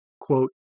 quote